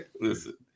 Listen